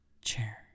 chair